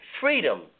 freedom